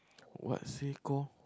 what it's called